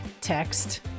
text